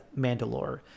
Mandalore